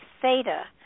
theta